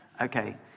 Okay